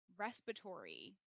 respiratory